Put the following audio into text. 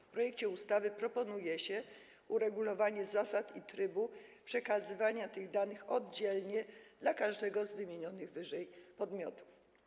W projekcie ustawy proponuje się uregulowanie zasad i trybu przekazywania tych danych oddzielnie dla każdego z ww. podmiotów.